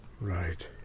Right